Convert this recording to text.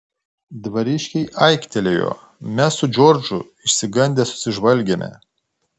dvariškiai aiktelėjo mes su džordžu išsigandę susižvalgėme